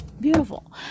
beautiful